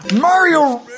Mario